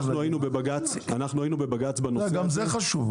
גם זה חשוב.